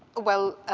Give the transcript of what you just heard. well,